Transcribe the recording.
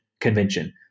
Convention